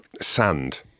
sand